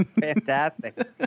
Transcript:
Fantastic